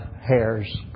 hairs